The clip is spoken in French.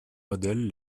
modèles